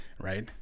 right